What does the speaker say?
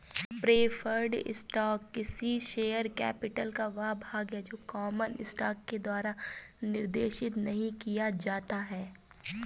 preferred stock किसी share capital का वह भाग है जो कॉमन स्टॉक के द्वारा निर्देशित नहीं किया जाता है